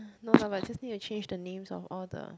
no just need to change the names of all the